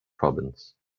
province